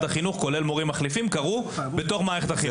החינוך כולל מורים מחליפים קרו בתוך מערכת החינוך.